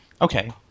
Okay